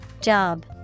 Job